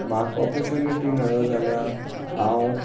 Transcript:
म्हाका ऑपोर्चुनिटी मेळो जाल्यार हांव